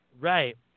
right